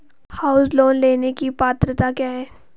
House loan लेने की पात्रता क्या है?